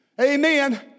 Amen